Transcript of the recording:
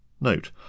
note